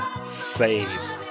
save